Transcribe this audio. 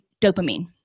dopamine